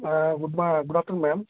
good మార్ good afternoon ma'am